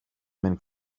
men